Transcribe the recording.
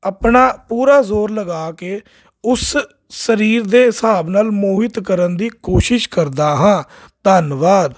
ਆਪਣਾ ਪੂਰਾ ਜ਼ੋਰ ਲਗਾ ਕੇ ਉਸ ਸਰੀਰ ਦੇ ਹਿਸਾਬ ਨਾਲ ਮੋਹਿਤ ਕਰਨ ਦੀ ਕੋਸ਼ਿਸ਼ ਕਰਦਾ ਹਾਂ ਧੰਨਵਾਦ